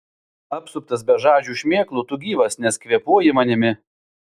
apsuptas bežadžių šmėklų tu gyvas nes kvėpuoji manimi